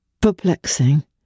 perplexing